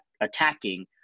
attacking